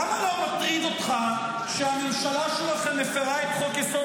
למה לא מטריד אותך שהממשלה שלכם מפירה את חוק-יסוד: